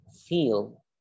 feel